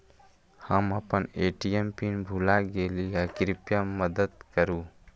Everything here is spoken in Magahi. हम अपन ए.टी.एम पीन भूल गेली ह, कृपया मदत करू